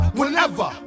Whenever